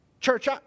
Church